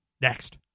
next